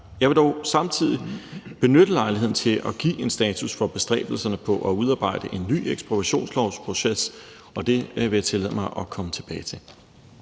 Jeg vil dog samtidig benytte lejligheden til at give en status for bestræbelserne på at udarbejde en ny ekspropriationsproceslov, og det vil jeg tillade mig at komme tilbage til.